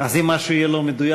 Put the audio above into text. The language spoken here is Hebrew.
אז אם משהו יהיה לא מדויק,